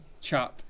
chat